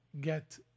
get